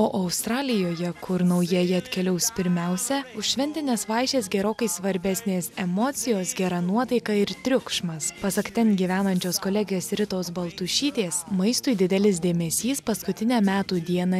o australijoje kur naujieji atkeliaus pirmiausia už šventines vaišes gerokai svarbesnės emocijos gera nuotaika ir triukšmas pasak ten gyvenančios kolegės ritos baltušytės maistui didelis dėmesys paskutinę metų dieną